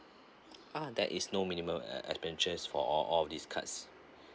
ah there is no minimum expenditures for all all of these cards